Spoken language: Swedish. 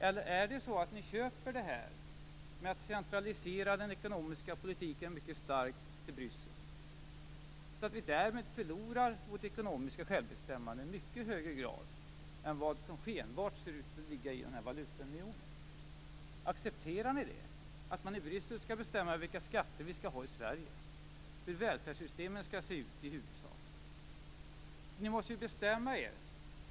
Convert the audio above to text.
Eller köper ni förslaget att centralisera den ekonomiska politiken till Bryssel, så att vi förlorar vårt ekonomiska självbestämmande i mycket högre grad än valutaunionen ser ut att innebära? Accepterar ni att man i Bryssel skall bestämma vilka skatter vi skall ha i Sverige och hur välfärdssystemen skall se ut? Ni måste bestämma er.